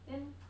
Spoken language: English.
then